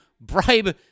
bribe